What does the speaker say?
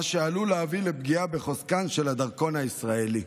מה שעלול להביא לפגיעה בחוזקו של הדרכון הישראלי.